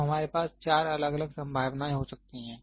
तो हमारे पास चार अलग अलग संभावनाएं हो सकती हैं